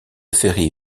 ferry